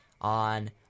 on